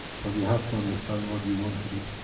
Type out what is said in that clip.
but you have to understand, what you want to do.